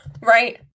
Right